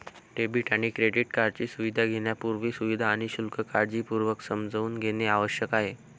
debit आणि credit कार्डची सुविधा घेण्यापूर्वी, सुविधा आणि शुल्क काळजीपूर्वक समजून घेणे आवश्यक आहे